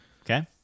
Okay